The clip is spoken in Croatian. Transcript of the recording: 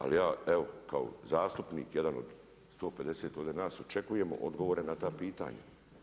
Ali ja evo kao zastupnik, jedan od 150 ovdje nas, očekujem odgovore na ta pitanja.